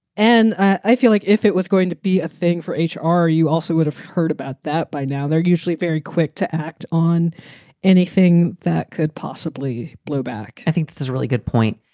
and i feel like if it was going to be a thing for each. are you also would have heard about that by now? they're usually very quick to act on anything that could possibly blow back i think this is a really good point.